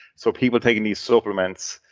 so people taking these supplements,